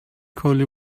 کولی